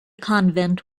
convent